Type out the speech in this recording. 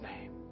name